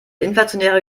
inflationäre